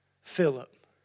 Philip